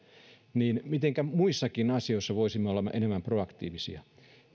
niin esimerkkinä mitenkä muissakin asioissa voisimme olla enemmän proaktiivisia